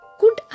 good